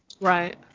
Right